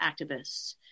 activists